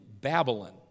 Babylon